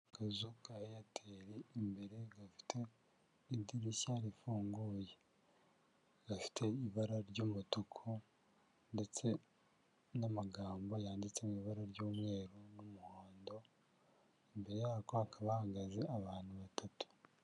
Akazu ka Eyateri imbere gafite idirishya rifunguye, gafite ibara ry'umutuku ndetse n'amagambo yanditse mu ibara ry'umweru n'umuhondo imbere y'ako hakaba bahagaze abantu batatu.